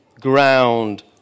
ground